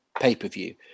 pay-per-view